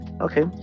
okay